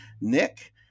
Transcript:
Nick